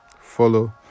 follow